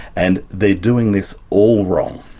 and they're doing this all wrong.